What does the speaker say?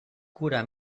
cura